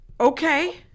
Okay